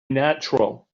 natural